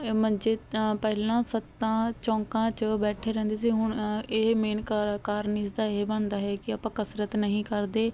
ਮੰਜੇ ਤਾਂ ਪਹਿਲਾਂ ਸੱਤਾਂ ਚੌਂਕਾਂ 'ਚ ਬੈਠੇ ਰਹਿੰਦੇ ਸੀ ਹੁਣ ਇਹ ਮੇਨ ਕ ਕਾਰਨ ਇਸ ਦਾ ਇਹ ਬਣਦਾ ਹੈ ਕਿ ਆਪਾਂ ਕਸਰਤ ਨਹੀਂ ਕਰਦੇ